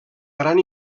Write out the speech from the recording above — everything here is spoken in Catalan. gran